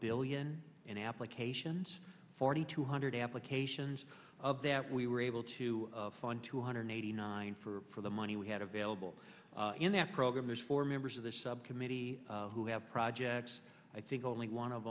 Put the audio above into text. billion in applications forty two hundred applications of that we were able to fund two hundred eighty nine for the money we had available in that program there's four members of the subcommittee who have projects i think only one of